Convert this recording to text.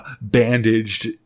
bandaged